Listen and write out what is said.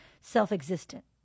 self-existent